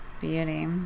Beauty